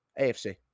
AFC